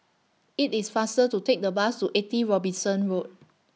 IT IS faster to Take The Bus to eighty Robinson Road